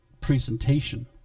presentation